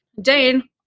Dane